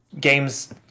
games